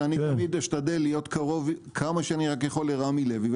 שאני תמיד אשתדל להיות קרוב כמה שאני רק יכול להיות לרמי לוי,